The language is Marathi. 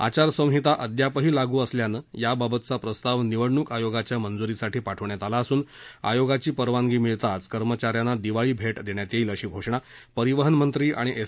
आचारसंहिता अद्यापही लागू असल्यानं याबाबतचा प्रस्ताव निवडणूक आयोगाच्या मंजुरीसाठी पाठवण्यात आला असून आयोगाची परवानगी मिळताच कर्मचाऱ्यांना दिवाळी भेट देण्यात येईल अशी घोषणा परिवहन मंत्री आणि एस